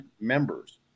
members